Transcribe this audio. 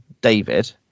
David